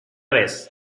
ves